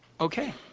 okay